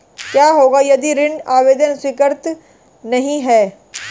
क्या होगा यदि ऋण आवेदन स्वीकृत नहीं है?